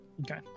Okay